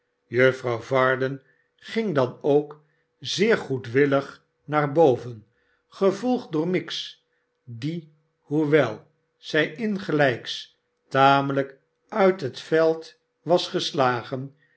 juffrouw varden ging dan ook zeer goedwillig naar boven gevolgd door miggs die hoewel zij ingsgehjks tamelijk uit het veld was geslagen